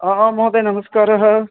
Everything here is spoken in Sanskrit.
आं महोदय नमस्कारः